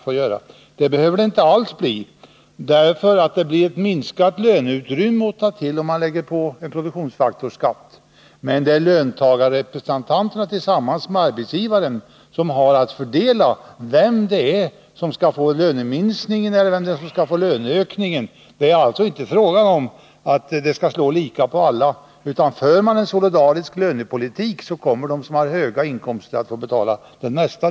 Så behöver det inte alls bli. Visserligen minskar löneutrymmet om man inför en produktionsfaktorsskatt, men det är löntagarrepresentanterna som tillsammans med arbetsgivaren har att bestämma vem det är som skall få löneökningen resp. löneminskningen. Det är alltså inte fråga om att det minskade löneutrymmet skall slå lika för alla. För man en solidarisk lönepolitik, kommer de som har höga inkomster att få betala det mesta.